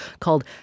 called